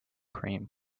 cream